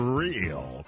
real